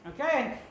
Okay